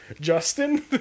Justin